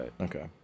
Okay